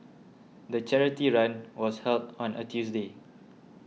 the charity run was held on a Tuesday